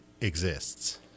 exists